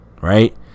right